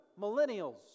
millennials